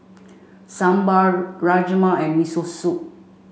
Sambar Rajma and Miso Soup